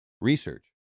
Research